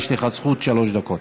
יש לך זכות שלוש דקות.